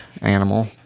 animal